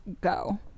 go